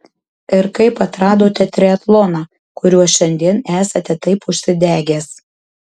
ir kaip atradote triatloną kuriuo šiandien esate taip užsidegęs